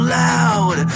loud